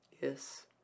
Yes